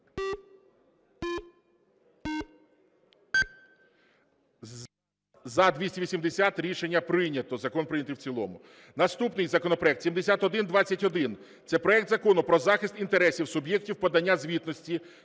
За-280 Рішення прийнято. Закон прийнятий в цілому. Наступний законопроект 7121. Це проект Закону про захист інтересів суб’єктів подання звітності